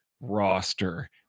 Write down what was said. roster